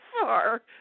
far